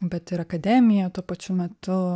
bet ir akademiją tuo pačiu metu